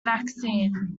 vaccine